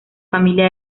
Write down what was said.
familia